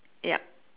ya